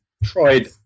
Tried